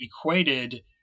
equated